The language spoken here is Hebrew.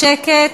שקט,